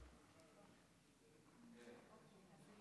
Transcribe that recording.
סעיפים